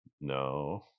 no